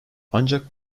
ancak